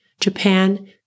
Japan